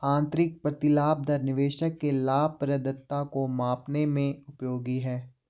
आंतरिक प्रतिलाभ दर निवेशक के लाभप्रदता को मापने में उपयोगी है